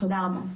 תודה רבה.